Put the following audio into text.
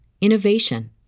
innovation